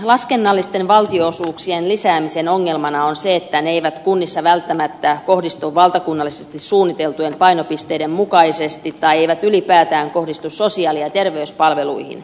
laskennallisten valtionosuuksien lisäämisen ongelmana on se että ne eivät kunnissa välttämättä kohdistu valtakunnallisesti suunniteltujen painopisteiden mukaisesti tai eivät ylipäätään kohdistu sosiaali ja terveyspalveluihin